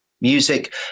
Music